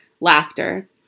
Laughter